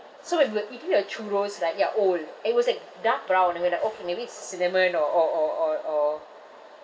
so when we were eating the churros like you are old it was like dark brown and we're like okay maybe it's cinnamon or or or or or